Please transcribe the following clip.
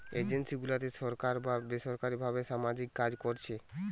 NGO গুলাতে সরকার বা বেসরকারী ভাবে সামাজিক কাজ কোরছে